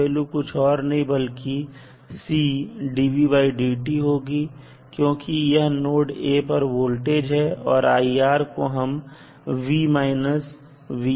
की वैल्यू कुछ और नहीं बल्कि होगी क्योंकि यह नोड "a" पर वोल्टेज है और को हम से दर्शाते हैं